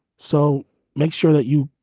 so make sure that you